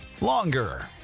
longer